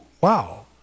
wow